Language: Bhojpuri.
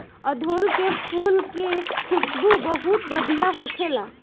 अढ़ऊल के फुल के खुशबू बहुत बढ़िया होखेला